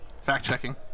Fact-checking